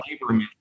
labor